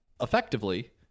effectively